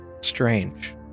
Strange